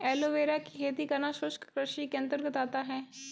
aloe vera की खेती करना शुष्क कृषि के अंतर्गत आता है